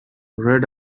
red